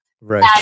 Right